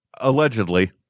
Allegedly